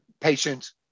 patients